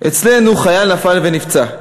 "אצלנו חייל נפל ונפצע.